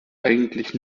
eigentlich